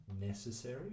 necessary